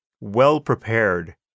well-prepared